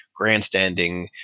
grandstanding